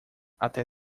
até